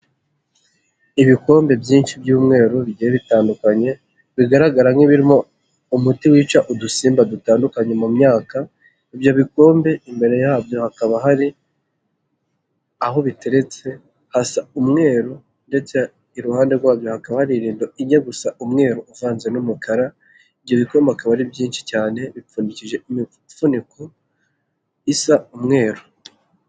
Ibikombe byinshi ibyumweru bigiye bitandukanye bigaragara nk'ibiririmo umuti wica udusimba dutandukanye mu myaka, ibyo bikombe imbere yabyo hakaba hari aho biteretse hasa umweru ndetse iruhande rwabyo hakaba hari irido ujya gusa umweru uvanze n'umukara, ibyo bikombe bikaba ari byinshi cyane bipfundikije imifuniko isa umweru.